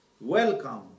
Welcome